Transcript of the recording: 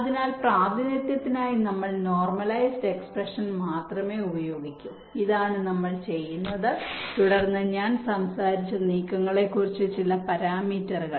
അതിനാൽ പ്രാതിനിധ്യത്തിനായി നമ്മൾ നോർമലൈസ്ഡ് എക്സ്പ്രെഷൻ മാത്രമേ ഉപയോഗിക്കൂ ഇതാണ് നമ്മൾ ചെയ്യുന്നത് തുടർന്ന് ഞാൻ സംസാരിച്ച നീക്കങ്ങളെക്കുറിച്ച് ചില പരാമീറ്ററുകൾ